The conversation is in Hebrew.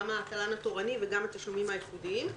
גם התל"ן התורני וגם התשלומים הייחודיים.